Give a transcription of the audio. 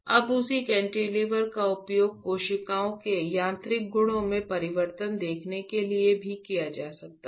अब उसी कैंटिलीवर का उपयोग कोशिकाओं के यांत्रिक गुणों में परिवर्तन देखने के लिए भी किया जा सकता है